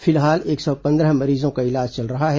फिलहाल एक सौ पंद्रह मरीजों का इलाज चल रहा है